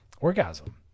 orgasm